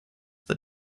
that